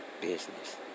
Business